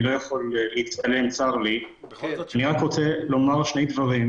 יכול להיות שזה יהיה מישהו מוגבל כפי